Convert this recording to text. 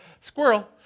squirrel